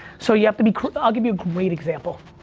so you have to be i'll give you a great example.